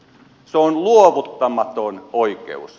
se on luovuttamaton oikeus